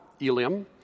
Eliam